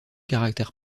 caractère